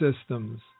systems